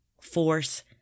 force